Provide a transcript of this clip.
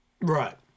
Right